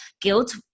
guilt